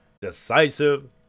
decisive